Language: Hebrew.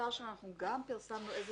באתר פרסמנו איזה